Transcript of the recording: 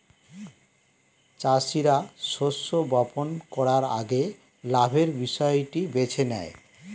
চাষীরা শস্য বপন করার আগে লাভের বিষয়টি বেছে নেয়